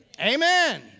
Amen